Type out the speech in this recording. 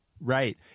Right